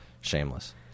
shameless